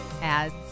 ads